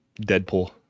Deadpool